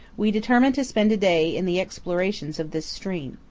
we determine to spend a day in the exploration of this stream.